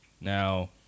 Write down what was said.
Now